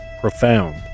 profound